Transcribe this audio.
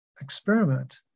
experiment